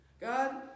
God